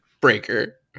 Breaker